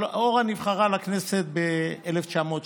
אבל אורה נבחרה לכנסת ב-1974,